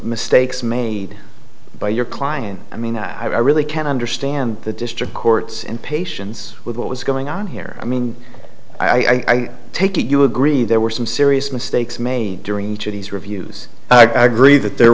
mistakes made by your client i mean that i really can't understand the district courts and patients with what was going on here i mean i take it you agree there were some serious mistakes made during each of these reviews i gree that there